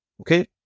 Okay